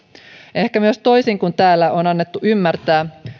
ehkä myös toisin kuin täällä on annettu ymmärtää